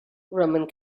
roman